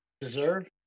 deserve